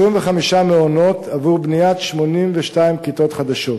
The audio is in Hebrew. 25 מעונות עבור בניית 82 כיתות חדשות,